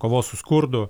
kovos su skurdu